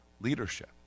leadership